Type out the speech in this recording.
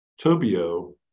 Tobio